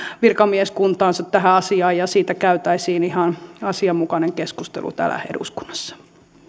virkamieskuntaansa tähän asiaan ja siitä käytäisiin ihan asianmukainen keskustelu täällä eduskunnassa